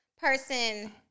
person